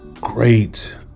great